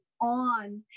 on